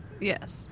Yes